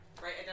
Right